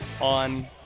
on